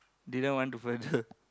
didn't want to further